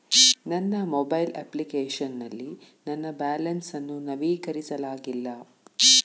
ನನ್ನ mobile application ನಲ್ಲಿ ನನ್ನ ಬ್ಯಾಲೆನ್ಸ್ ಅನ್ನು ನವೀಕರಿಸಲಾಗಿಲ್ಲ